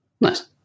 Nice